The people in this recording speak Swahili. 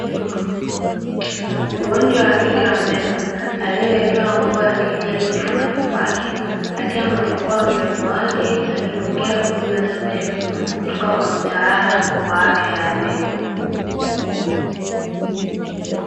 Mgonjwa wa kike wa meno aliyewekewa nguo ya kijani kifuani kwake, akiwa amefungua mdomo wake akipokea huduma za meno kutoka kwa mtaalamu wa afya ya meno.